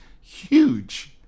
huge